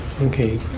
Okay